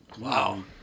Wow